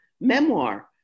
memoir